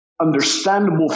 understandable